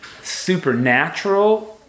supernatural